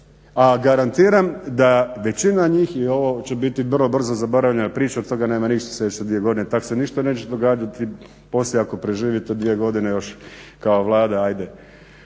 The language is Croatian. A garantiram da većina njih i ovo će biti vrlo brzo zaboravljena priča od toga nema ništa sljedeće dvije godine, tako se ništa neće događati, poslije ako preživite dvije godine još kao Vlada ajde.